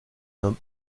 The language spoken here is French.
nomme